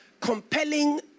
compelling